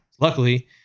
Luckily